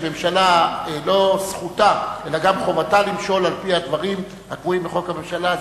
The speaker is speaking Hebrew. שממשלה לא זכותה אלא גם חובתה למשול על-פי הדברים הקבועים בחוק הממשלה.